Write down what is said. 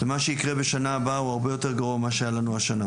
מה שיקרה בשנה הבאה הוא הרבה יותר גרוע ממה שהיה לנו השנה.